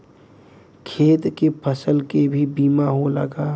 खेत के फसल के भी बीमा होला का?